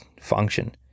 function